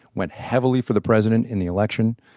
went heavily for the president in the election.